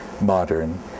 modern